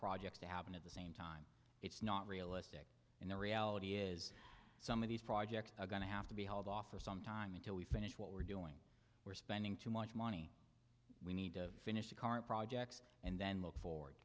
projects to happen at the same time it's not realistic and the reality is some of these projects are going to have to be held off for some time until we finish what we're doing we're spending too much money we need to finish the current projects and then look forward